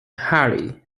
highly